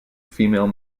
female